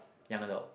young adult